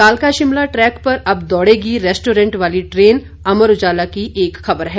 कालका शिमला ट्रैक पर अब दौड़ेगी रेस्टोरेंट वाली ट्रेन अमर उजाला एक खबर है